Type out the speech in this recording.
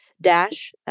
DASH